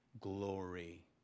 Glory